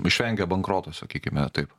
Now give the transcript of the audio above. išvengia bankroto sakykime taip